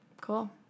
Cool